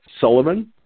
Sullivan